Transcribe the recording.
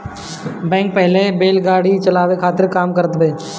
बैल पहिले बैलगाड़ी चलावे के काम करत रहे